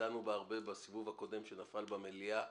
דנו בה הרבה בסיבוב הקודם שנפל במליאה.